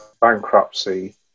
bankruptcy